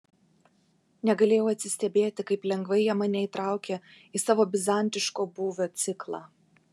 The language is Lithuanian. negalėjau atsistebėti kaip lengvai jie mane įtraukė į savo bizantiško būvio ciklą